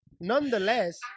nonetheless